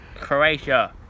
Croatia